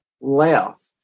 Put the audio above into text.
left